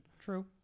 True